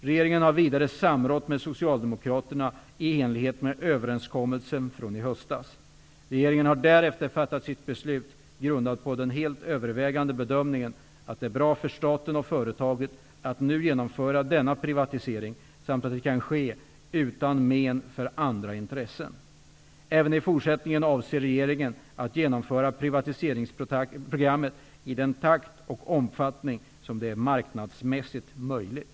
Regeringen har vidare samrått med Regeringen har därefter fattat sitt beslut, grundat på den helt övervägande bedömningen att det är bra för staten och företaget att nu genomföra denna privatisering, samt att det kan ske utan men för andra intressen. Även i fortsättningen avser regeringen att genomföra privatiseringsprogrammet i den takt och den omfattning som det är marknadsmässigt möjligt.